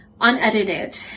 unedited